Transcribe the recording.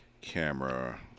camera